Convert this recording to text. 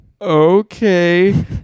okay